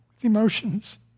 emotions